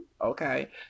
Okay